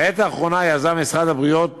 בעת האחרונה יזם משרד הבריאות